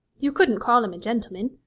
you couldn't call him a gentleman.